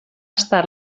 estat